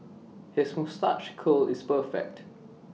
his moustache curl is perfect